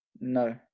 No